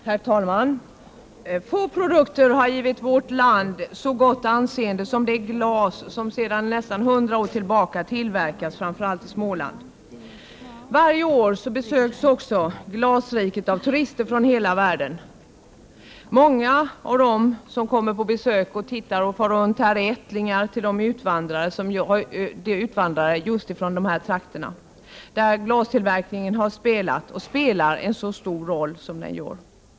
Herr talman! Få produkter har givit vårt land så gott anseende som det glas som sedan nästan hundra år tillbaka tillverkas i framför allt Småland. Varje år besöks också Glasriket av turister från hela världen. Många av dem som kommer på besök är ättlingar till utvandrare just ifrån dessa trakter där glastillverkningen har spelat och spelar en stor roll.